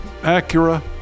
Acura